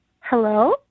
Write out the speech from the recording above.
Hello